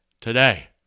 Today